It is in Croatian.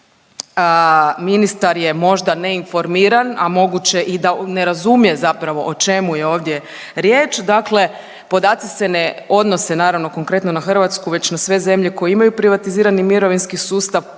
ministar je možda neinformiran, a moguće i da ne razumije zapravo o čemu je ovdje riječ, dakle podaci se ne odnose naravno konkretno na Hrvatsku već na sve zemlje koje imaju privatizirani mirovinski sustav,